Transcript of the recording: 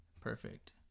perfect